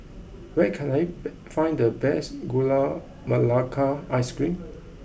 where can T find the best Gula Melaka Ice Cream